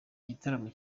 igitaramo